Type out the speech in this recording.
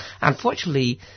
Unfortunately